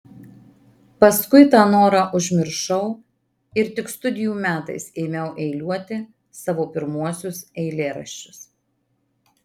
paskui tą norą užmiršau ir tik studijų metais ėmiau eiliuoti savo pirmuosius eilėraščius